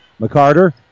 McCarter